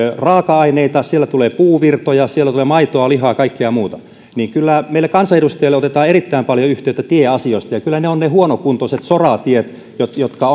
raaka aineita siellä tulee puuvirtoja siellä tulee maitoa lihaa ja kaikkea muuta kyllä meihin kansanedustajiin otetaan erittäin paljon yhteyttä tieasioissa ja kyllä ne ovat ne huonokuntoiset soratiet jotka jotka